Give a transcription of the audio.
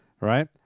right